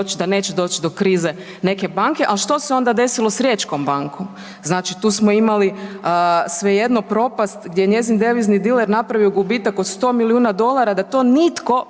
da neće doć do krize neke banke. Al što se onda desilo s riječkom bankom? Znači tu smo imali svejedno propast gdje je njezin devizni diler napravio gubitak od 100 milijuna dolara da to nitko,